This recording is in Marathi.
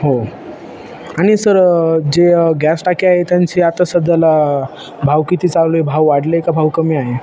हो आणि सर जे गॅस टाकी आहे त्यांची आत्ता सध्याला भाव किती चालू आहे भाव वाढले का भाव कमी आहे